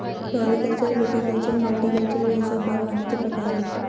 floriculture, viticulture, horticulture यह सब बागवानी के प्रकार है